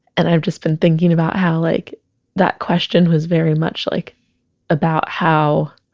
and i've just been thinking about how like that question was very much like about how